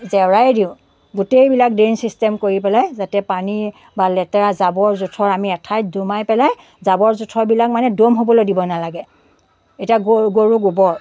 জেওৰায়ে দিওঁ গোটেইবিলাক drain system কৰি পেলাই যাতে পানী বা লেতেৰা জাবৰ জোঁথৰ আমি এঠাইত দমাই পেলাই জাবৰ জোঁথৰবিলাক মানে দ'ম হ'বলৈ দিব নালাগে এতিয়া গৰু গৰু গোবৰ